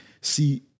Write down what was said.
see